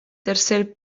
tercer